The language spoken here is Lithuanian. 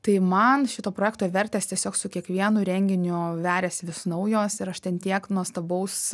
tai man šito projekto vertės tiesiog su kiekvienu renginiu veriasi vis naujos ir aš ten tiek nuostabaus